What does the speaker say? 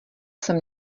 sem